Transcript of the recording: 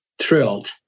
thrilled